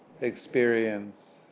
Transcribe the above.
experience